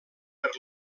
per